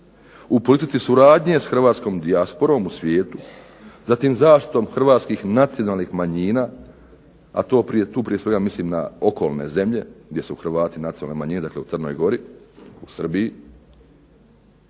u politici suradnje s hrvatskom dijasporom u svijetu, zatim zaštitom hrvatskih nacionalnih manjina, a tu prije svega mislim na okolne zemlje, gdje su Hrvati nacionalna manjina, dakle u Crnoj Gori, u Srbiji,